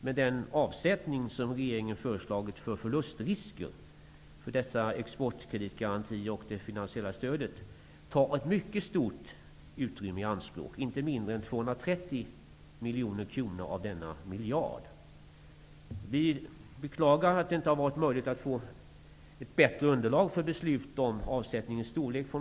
Men den avsättning som regeringen har föreslagit för förlustrisker för dessa exportkreditgarantier och det finansiella stödet tar ett mycket stort utrymme i anspråk, inte mindre än 230 miljoner kronor av denna miljard. Vi beklagar att det från regeringens sida inte har varit möjligt att få ett bättre underlag för beslut om avsättningens storlek.